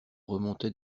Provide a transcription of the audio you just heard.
remontait